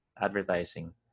advertising